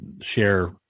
share